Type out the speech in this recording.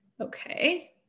Okay